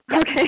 Okay